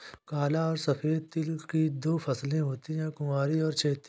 काला और सफेद तिल की दो फसलें होती है कुवारी और चैती